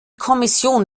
kommission